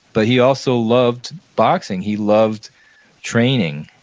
but he also loved boxing. he loved training,